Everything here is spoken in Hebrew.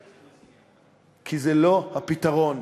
כי זה לא הפתרון,